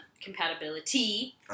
compatibility